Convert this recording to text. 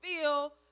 feel